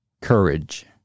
courage